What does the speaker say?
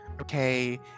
Okay